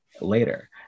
later